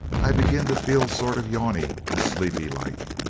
i begin to feel sort of yawny and sleepy, like.